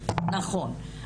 נכון,